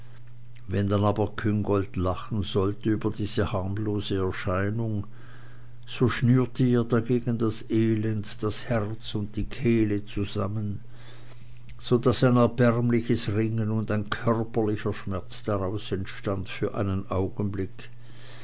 wenn dann aber küngolt lachen sollte über diese harmlose erscheinung so schnürte ihr dagegen das elend das herz und die kehle zusammen so daß ein erbärmliches ringen und ein körperlicher schmerz daraus entstand für einen augenblick